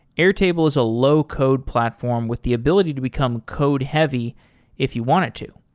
airtable is a low code platform with the ability to become code-heavy if you want it to.